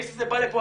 האיש הזה בא לכאן.